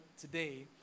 today